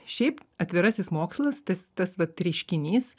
šiaip atvirasis mokslas tas tas vat reiškinys